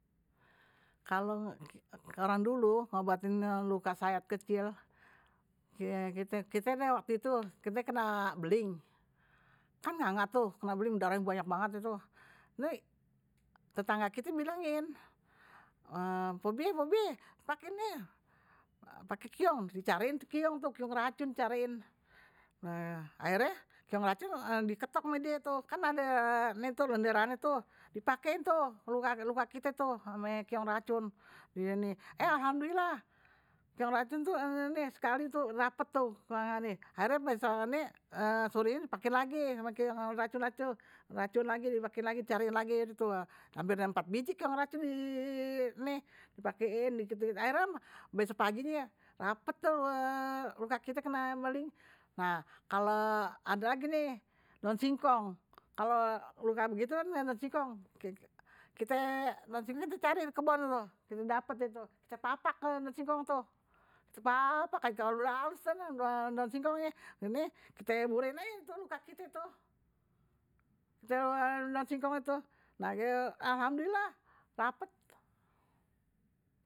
Kalo orang dulu ngobatin luka sayat kecil kite kan kena beling kan nganga tuh kena beling darahnye banyak banget deh tuh, nih tetangga kite bilangin pok biye pok biye pake keong, dicariin tuh keong racun, dicariin, akhirnye keong racun diketok ame die tuh kan ade nih tuh lenderannye dipakein tuh luka kite tuh, ame keong racun eh alhamdulillah keong racun nih sekali rapet tuh, akhirnye sorenye dipakein lagi keong racunnye tuh keong racun lagi dicariin deh tuh, ampe empat biji keong racun di dipakein, dipakein dikit dikit akhirnye besok pagi rapet tuh luka kite kena beling, nah kalo ada lagi nih daun singkong, kalo luka begitu kan daun singkong kite cari tuh dikebon kite dapat kite papak deh tuh daun singkong tuh kite papak aje tuh. udeh halus daun singkongnye kite borehin deh ke luka kite daon singkongnye tuh alhamdulillah rapet.